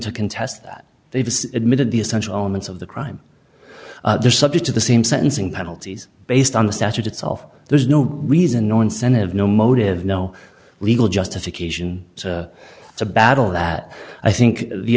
to contest that they've admitted the essential elements of the crime they're subject to the same sentencing penalties based on the statute itself there's no reason no incentive no motive no legal justification it's a battle that i think the